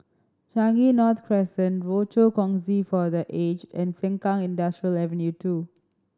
Changi North Crescent Rochor Kongsi for The Aged and Sengkang Industrial Avenue Two